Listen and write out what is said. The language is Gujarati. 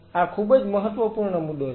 આ ખૂબ જ મહત્વપૂર્ણ મુદ્દો છે